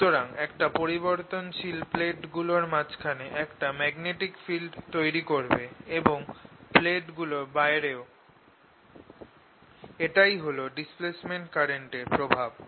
সুতরাং একটা পরিবর্তনশীল ইলেকট্রিক ফিল্ড প্লেট গুলোর মাঝখানে একটা ম্যাগনেটিক ফিল্ড তৈরি করবে এবং প্লেট গুলোর বাইরেও এটাই হল ডিসপ্লেসমেন্ট কারেন্ট এর প্রভাব